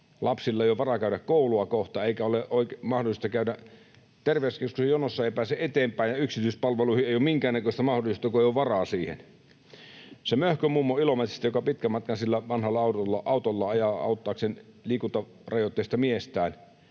Lapsilla ei ole varaa käydä koulua kohta, ja terveyskeskuksen jonossa ei pääse eteenpäin, ja yksityispalveluihin ei ole minkäännäköistä mahdollisuutta, kun ei ole varaa siihen. Sitä Möhkön mummoa Ilomantsista, joka pitkän matkan vanhalla autolla ajaa auttaakseen liikuntarajoitteista miestään,